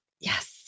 Yes